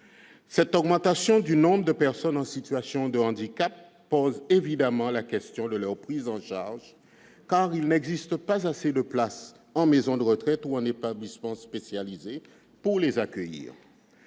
Cette augmentation du nombre de personnes en situation de handicap pose évidemment la question de leur prise en charge, car il n'existe pas assez de places en maisons de retraite ou en établissements spécialisés pour les accueillir.